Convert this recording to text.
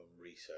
research